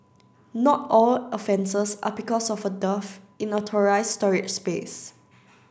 not all offences are because of a dearth in authorised storage space